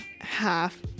half